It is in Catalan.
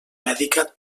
mèdica